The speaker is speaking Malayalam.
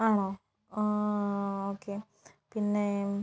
ആണോ ഓക്കെ പിന്നെ